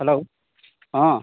hello ᱦᱮᱸ